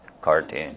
cartoon